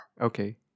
Okay